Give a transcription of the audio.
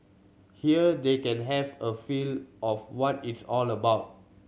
here they can have a feel of what it's all about